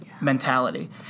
mentality